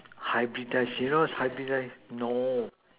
hybridize do you know what is hybridize no